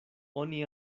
oni